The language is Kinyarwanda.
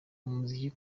umuziki